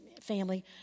family